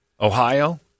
Ohio